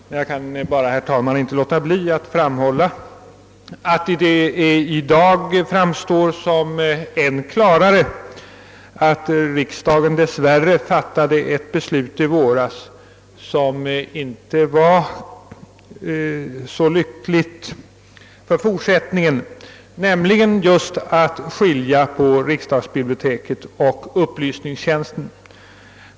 Men jag kan, herr talman, inte låta bli att framhålla att det i dag framstår som än klarare att riksdagen i våras dess värre fattade ett beslut som inte var så lyckligt för fortsättningen, nämligen att skilja på riksdagsbiblioteket och upplysningstjänsten.